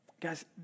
Guys